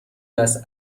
است